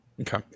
Okay